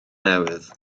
newydd